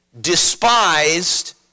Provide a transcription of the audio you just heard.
despised